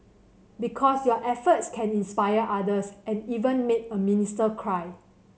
because your efforts can inspire others and even make a minister cry